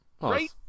right